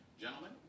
Gentlemen